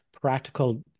practical